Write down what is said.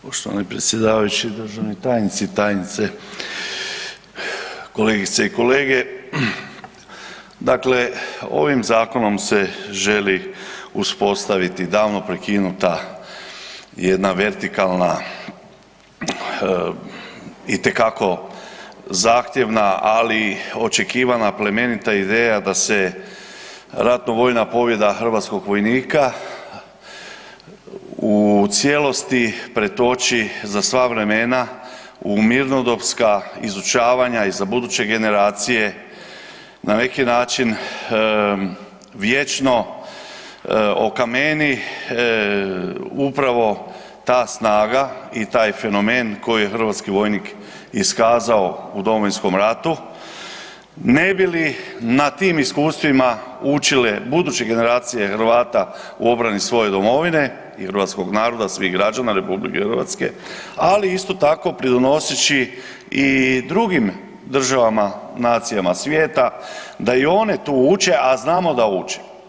Poštovani predsjedavajući, državni tajnici i tajnice, kolegice i kolege, dakle ovim zakonom se želi uspostaviti davno prekinuta jedna vertikalna itekako zahtjevna ali očekivana, plemenita ideja da se ratno vojna pobjeda hrvatskog vojnika u cijelosti pretoči za sva vremena u mirnodopska izučavanja i za buduće generacije na neki način vječno okameni upravo ta snaga i taj fenomen koji je hrvatski vojnik iskazao u Domovinskom ratu, ne bi li na tim iskustvima učile buduće generacije Hrvata u obrani svoje domovine i hrvatskog naroda, svih građana RH, ali isto tako pridonoseći i drugim državama, nacijama svijeta da i one tu uče, a znamo da uče.